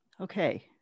Okay